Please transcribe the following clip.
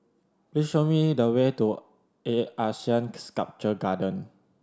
please show me the way to A ASEAN Sculpture Garden